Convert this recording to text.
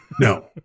No